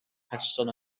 person